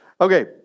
Okay